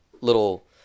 little